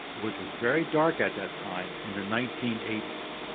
which was very dark at that time in the nineteen eighty s.